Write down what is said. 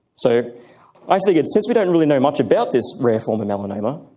so i figured since we don't really know much about this rare form of melanoma,